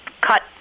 cut